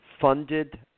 funded